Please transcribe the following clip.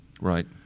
Right